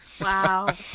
Wow